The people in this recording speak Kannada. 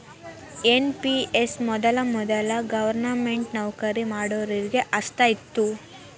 ಎನ್.ಪಿ.ಎಸ್ ಮೊದಲ ವೊದಲ ಗವರ್ನಮೆಂಟ್ ನೌಕರಿ ಮಾಡೋರಿಗೆ ಅಷ್ಟ ಇತ್ತು